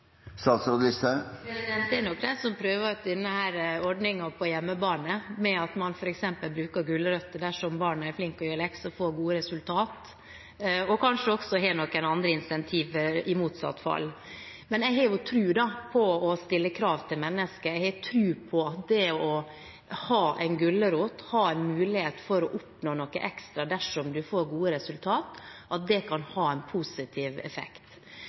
Det er nok dem som prøver ut denne ordningen på hjemmebane ved at man f.eks. bruker gulrot dersom barnet er flink til å gjøre lekser og får gode resultat – og kanskje også har noen andre incentiver i motsatt fall. Jeg har tro på å stille krav til mennesker. Jeg har tro på at det å ha en gulrot, å ha en mulighet for å oppnå noe ekstra dersom man får gode resultater, kan ha en positiv effekt.